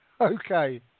Okay